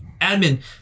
admin